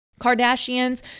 Kardashians